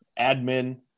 admin